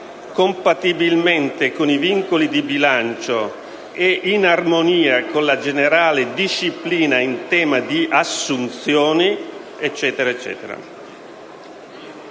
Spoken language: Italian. compatibilmente con i vincoli di bilancio ed in armonia con la generale disciplina generale in tema di assunzioni, di